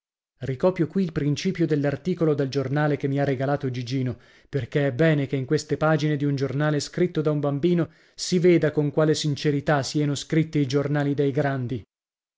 ricopio qui il principio dell'articolo dal giornale che mi ha regalato gigino perché è bene che in queste pagine di un giornale scritto da un bambino si veda con quale sincerità sieno scritti i giornali dei grandi